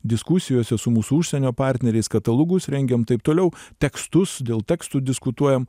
diskusijose su mūsų užsienio partneriais katalogus rengiam taip toliau tekstus dėl tekstų diskutuojam